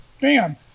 Bam